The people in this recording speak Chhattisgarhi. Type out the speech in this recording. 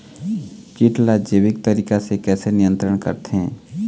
कीट ला जैविक तरीका से कैसे नियंत्रण करथे?